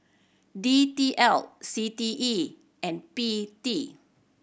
D T L C T E and P T